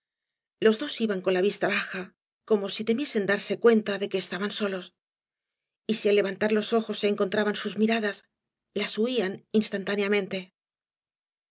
los dos iban con la vista baja como si temiesen darse cuenta de que estaban solos y bí al levantar loa ojos se encontraban sus miradas las huían instantáneamente